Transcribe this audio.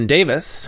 Davis